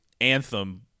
Anthem